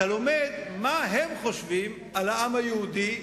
אתה לומד מה הם חושבים על העם היהודי,